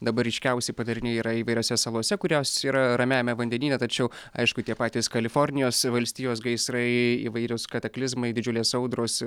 dabar ryškiausi padariniai yra įvairiose salose kurios yra ramiajame vandenyne tačiau aišku tie patys kalifornijos valstijos gaisrai įvairūs kataklizmai didžiulės audros